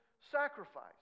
sacrifice